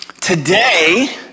Today